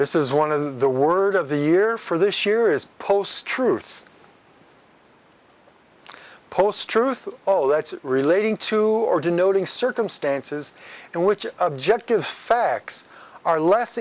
this is one of the word of the year for this year is post truth post truth oh that's relating to or denoting circumstances in which objective facts are less